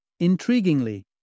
Intriguingly